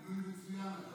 מינוי מצוין,